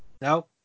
No